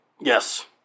Yes